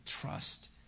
trust